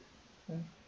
mm